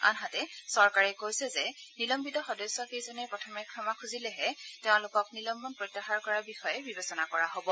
আনহাতে চৰকাৰে কৈছে যে নিলম্বিত সদস্যকেইজনে প্ৰথমে ক্ষমা খুজিলেহে তেওঁলোকক নিলম্বন প্ৰত্যাহাৰ কৰাৰ বিষয়ে বিবেচনা কৰা হ'ব